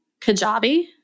Kajabi